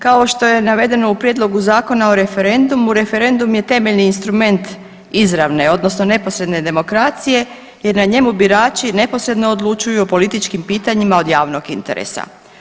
Kao što je navedeno u Prijedlogu zakona o referendumu, referendum je temeljni instrument izravne odnosno neposredne demokracije jer na njemu birači neposredno odlučuju o političkim pitanjima od javnog interesa.